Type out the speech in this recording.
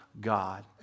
God